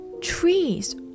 Trees